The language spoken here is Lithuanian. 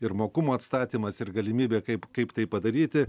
ir mokumo atstatymas ir galimybė kaip kaip tai padaryti